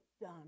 done